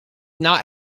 not